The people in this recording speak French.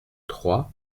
trois